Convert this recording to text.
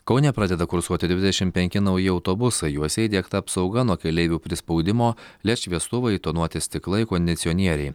kaune pradeda kursuoti dvidešimt penki nauji autobusai juose įdiegta apsauga nuo keleivių prispaudimo led šviestuvai tonuoti stiklai kondicionieriai